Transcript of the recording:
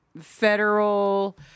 federal